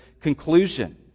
conclusion